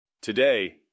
Today